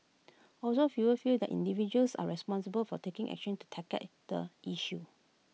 also fewer feel that individuals are responsible for taking action to tackle at the issue